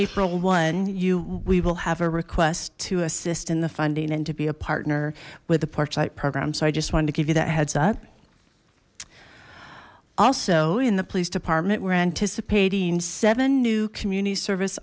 april one you we will have a request to assist in the funding and to be a partner with the porchlight program so i just wanted to give you that heads up also in the police department we're anticipating seven new community service